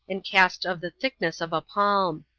and cast of the thickness of a palm.